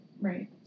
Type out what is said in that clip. Right